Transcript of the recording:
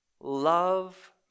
love